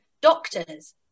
doctors